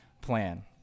plan